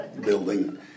building